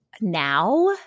Now